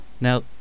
Now